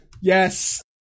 yes